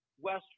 western